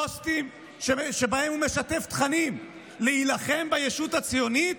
פוסטים שבהם הוא משתף תכנים להילחם בישות הציונית